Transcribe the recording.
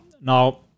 Now